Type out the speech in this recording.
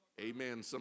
Amen